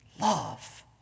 love